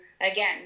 again